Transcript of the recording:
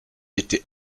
était